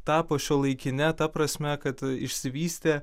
tapo šiuolaikine ta prasme kad išsivystė